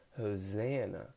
Hosanna